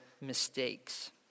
mistakes